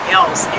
else